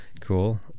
Cool